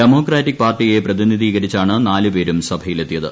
Democratic പാർട്ടിയെ പ്രതിനിധീകരിച്ചാണ് നാലു പേരും സഭയിലെത്തിയത്